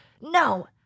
no